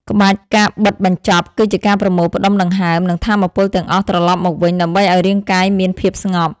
ក្បាច់ ការបិទបញ្ចប់ គឺជាការប្រមូលផ្ដុំដង្ហើម និងថាមពលទាំងអស់ត្រឡប់មកវិញ ដើម្បីឱ្យរាងកាយមានភាពស្ងប់។